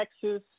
Texas